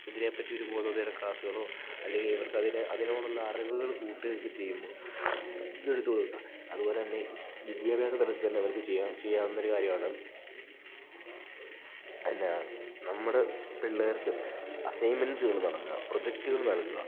ഇതിനെപ്പറ്റി ഒരു ബോധോദയ ക്ലാസുകളോ അല്ലെങ്കിൽ ഇവർക്കതിനെ അതിനോടുള്ള അറിവുകൾ കൂട്ടുകയൊക്കെ ചെയ്യുമ്പോൾ ഇതെടുത്ത് കൊടുക്കുക അതുപോലെതന്നെ വിദ്യാഭ്യാസ തലത്തിൽതന്നെ അവർക്ക് ചെയ്യാം ചെയ്യാവുന്നൊരു കാര്യമാണ് എന്താ നമ്മുടെ പിള്ളേർക്ക് അസൈൻമെൻ്റ്സുകൾ നൽകുക പ്രൊജക്റ്റുകൾ നൽകുക